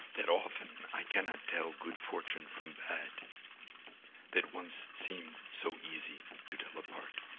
that often i cannot tell good fortune from bad they had once seemed so easy to tell apart.